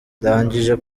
ndangije